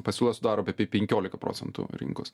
pasiūla sudaro apie pen penkiolika procentų rinkos